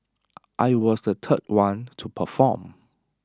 I was the third one to perform